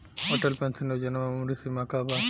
Atal pension Yojana मे उम्र सीमा का बा?